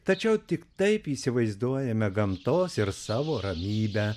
tačiau tik taip įsivaizduojame gamtos ir savo ramybę